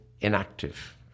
inactive